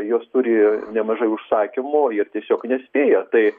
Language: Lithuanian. jos turi nemažai užsakymų ir tiesiog nespėja tai